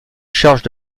charges